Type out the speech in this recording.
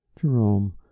Jerome